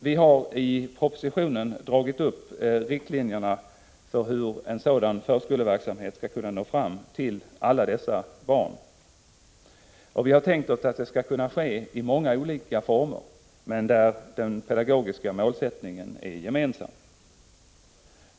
Vi har i propositionen dragit upp riktlinjerna för hur förskoleverksamheten skall kunna nå fram till alla dessa barn, och vi har tänkt oss att det skall ske i många olika former, där emellertid den pedagogiska målsättningen är gemensam.